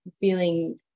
feeling